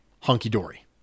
hunky-dory